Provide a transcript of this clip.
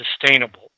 sustainable